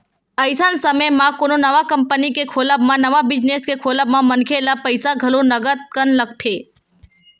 अइसन समे म कोनो नवा कंपनी के खोलब म नवा बिजनेस के खोलब म मनखे ल पइसा घलो नंगत कन लगथे